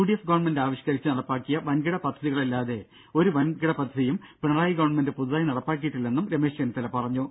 D F government ആവിഷ്കരിച്ച് നടപ്പാക്കിയ വൻകിട പദ്ധതികളല്ലാതെ ഒരു വൻകിട പദ്ധതിയും പിണറായി ഗവൺമെന്റ് പുതുതായി നടപ്പാക്കിയിട്ടില്ലെന്ന് അദ്ദേഹം പറഞ്ഞു